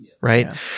Right